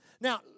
Now